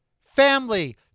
Family